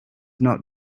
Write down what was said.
not